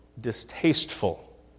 distasteful